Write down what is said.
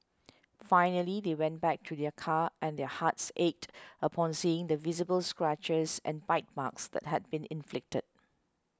finally they went back to their car and their hearts ached upon seeing the visible scratches and bite marks that had been inflicted